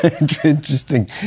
Interesting